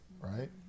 Right